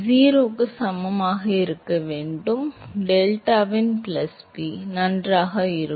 0 க்கு சமமாக இருக்க வேண்டிய டெல்டாவின் பிளஸ் v நன்றாக இருக்கும்